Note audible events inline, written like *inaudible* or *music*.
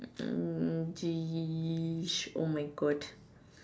*noise* oh my God